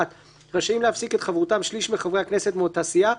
1)רשאים להפסיק את חברותם שליש מחברי הכנסת מאותה סיעה,